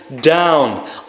down